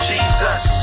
Jesus